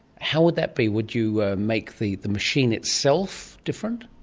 how would that be? would you ah make the the machine itself different?